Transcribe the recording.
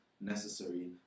necessary